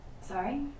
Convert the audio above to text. Sorry